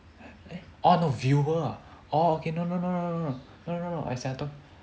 uh orh no viewer ah oh okay no no no as in I